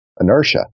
inertia